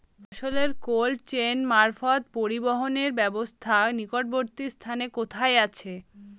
ফসলের cold chain মারফত পরিবহনের ব্যাবস্থা নিকটবর্তী স্থানে কোথায় আছে?